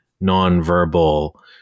non-verbal